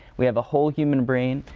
we have a whole human brain.